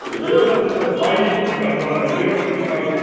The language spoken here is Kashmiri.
حظ ریٹ حظ چھَو تۅہہِ پَیی بہٕ کیٛاہ وَنہٕ ریٹ چھَو تۄہہِ پَیی